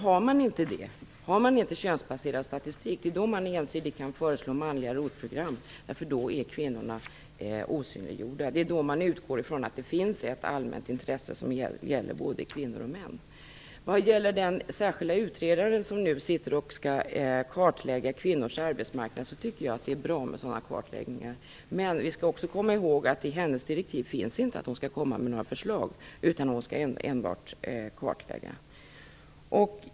Har man inte könsbaserad statistik kan man föreslå ensidigt manliga ROT-program - då är kvinnorna osynliggjorda. Då utgår man från att det finns ett allmänintresse som gäller både kvinnor och män. Vad gäller den särskilda utredare som nu skall kartlägga kvinnors arbetsmarknad vill jag säga att jag tycker att det är bra med sådana kartläggningar. Men vi skall också komma i håg att hon enligt direktiven inte skall komma med några förslag - hon skall enbart kartlägga.